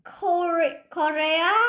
Korea